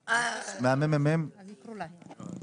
במסמך שלי אנחנו לא עסקנו בעניין של רמה קוגניטיבית,